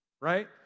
right